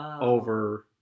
Over